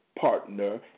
partner